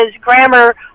grammar